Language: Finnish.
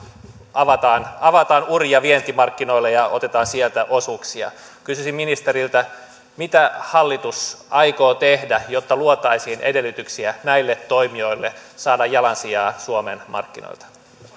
avataan avataan uria vientimarkkinoille ja otetaan sieltä osuuksia kysyisin ministeriltä mitä hallitus aikoo tehdä jotta luotaisiin edellytyksiä näille toimijoille saada jalansijaa suomen markkinoilta